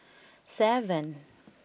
seven